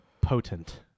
potent